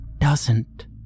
doesn't